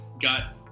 got